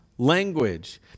Language